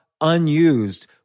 unused